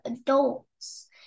adults